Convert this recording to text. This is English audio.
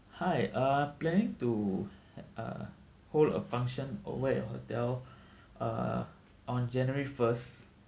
hi uh planning to uh hold a function over at your hotel uh on january first